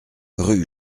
rue